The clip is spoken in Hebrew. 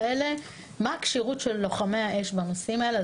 מה הכשירות של לוחמי האש בנושאים האלה.